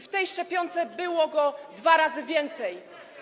W tej szczepionce było go dwa razy więcej.